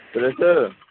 సురేష్ గారు